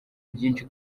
byinshi